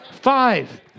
Five